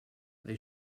they